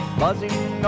buzzing